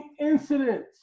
incidents